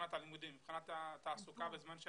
מבחינת הלימודים, מבחינת התעסוקה בזמן ש